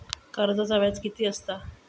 कर्जाचा व्याज कीती असता?